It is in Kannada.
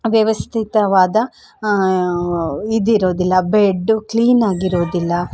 ವ್ಯವಸ್ಥಿತವಾದ ಇದಿರೋದಿಲ್ಲ ಬೆಡ್ಡು ಕ್ಲೀನಾಗಿರೋದಿಲ್ಲ